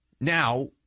Now